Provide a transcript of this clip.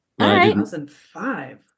2005